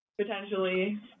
potentially